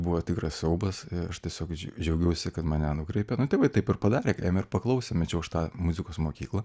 buvo tikras siaubas aš tiesiog džiaugiuosi kad mane nukreipė nu tėvai taip ir padarė ėmė ir paklausė mečiau aš tą muzikos mokyklą